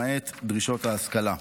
למעט דרישות ההשכלה.